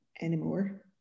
anymore